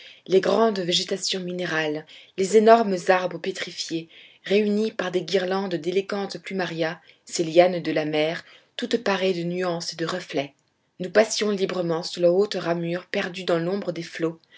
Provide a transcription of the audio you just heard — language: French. les grandes végétations minérales les énormes arbres pétrifiés réunis par des guirlandes d'élégantes plumarias ces lianes de la mer toutes parées de nuances et de reflets nous passions librement sous leur haute ramure perdue dans l'ombre des flots